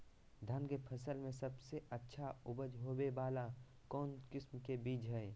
धान के फसल में सबसे अच्छा उपज होबे वाला कौन किस्म के बीज हय?